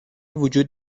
وجود